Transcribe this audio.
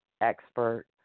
expert